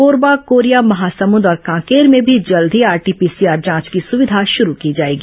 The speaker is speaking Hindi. कोरबा कोरिया महासमुद और कांकेर में भी जल्द ही आरटी पीसीआर जांच की सुविधा शुरू की जाएगी